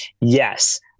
Yes